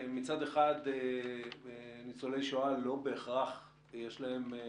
מצד אחד לניצולי שואה לא בהכרח יש ייחודיות,